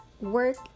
work